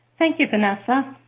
thank you, vanessa.